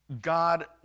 God